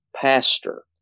pastor